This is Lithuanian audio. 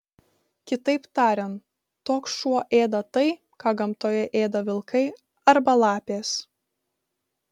kitaip tariant toks šuo ėda tai ką gamtoje ėda vilkai arba lapės